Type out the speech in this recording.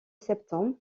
septembre